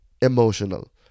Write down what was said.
emotional